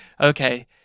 okay